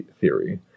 theory